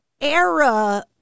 era